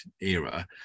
era